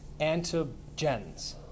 antigens